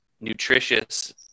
nutritious